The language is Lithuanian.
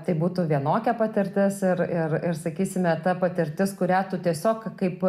tai būtų vienokia patirtis ir ir ir sakysime ta patirtis kurią tu tiesiog kaip